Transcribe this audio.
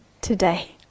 today